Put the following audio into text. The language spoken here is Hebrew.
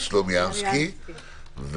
ניסן סלומינסקי.